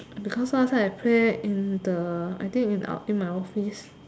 because last time I play in the I think in o~ in my office